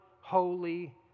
holy